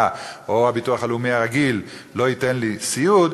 או הביטוח הלאומי הרגיל לא ייתן לי סיעוד,